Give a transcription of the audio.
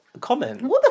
comment